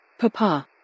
Papa